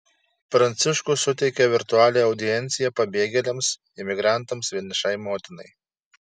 pranciškus suteikė virtualią audienciją pabėgėliams imigrantams vienišai motinai